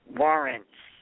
warrants